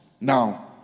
now